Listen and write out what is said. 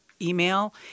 email